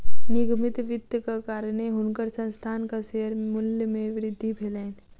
निगमित वित्तक कारणेँ हुनकर संस्थानक शेयर मूल्य मे वृद्धि भेलैन